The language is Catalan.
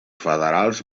federals